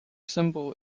symbol